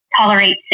tolerate